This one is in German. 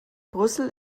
brüssel